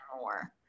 more